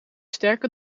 sterker